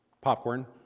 popcorn